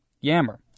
Yammer